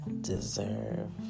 deserve